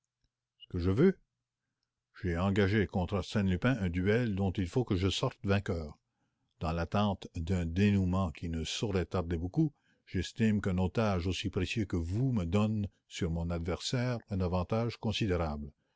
ce que je veux j'ai engagé contre arsène lupin un duel dont il faut que je sorte vainqueur dans l'attente d'un dénouement qui ne saurait tarder beaucoup j'estime qu'un otage aussi précieux que vous me donne sur mon adversaire un avantage considérable